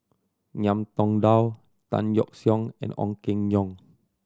Ngiam Tong Dow Tan Yeok Seong and Ong Keng Yong